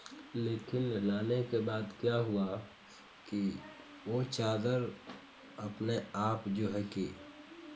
लेकिन लाने के बाद क्या हुआ कि वो चादर अपने आप जो है कि